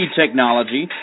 technology